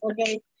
okay